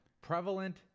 prevalent